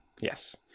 Yes